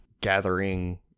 gathering